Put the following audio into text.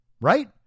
Right